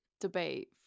debate